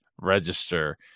register